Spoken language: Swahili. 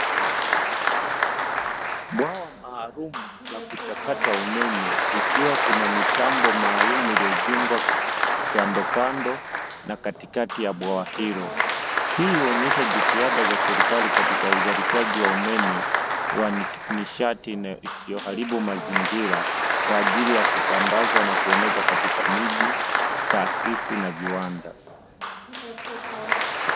Bwawa maalumu la kuchakata umeme, likiwa kuna mitambo maalumu iliyojengwa kandokando na katikati ya bwawa hilo. Hii huonesha jitihada za serikali katika uzalishaji wa umeme wa nishati isiyo haribu mazingira kwa ajili ya kusambaza na kueneza katika miji, taasisi na viwanda.